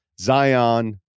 zion